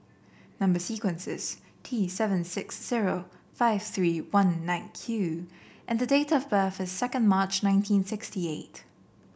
number sequence is T seven six zero five three one nine Q and date of birth is second March nineteen sixty eight